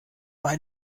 bei